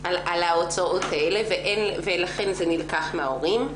על ההוצאות האלה, ולכן זה נלקח מההורים.